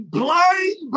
blind